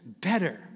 better